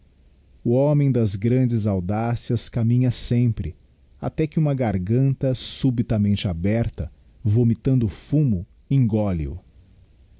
o homem das grandigiti zedby google des audácias caminha sempre até que uma garganta subitamente aberta vomitando fumo engole o